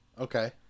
Okay